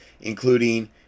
including